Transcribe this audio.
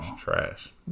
trash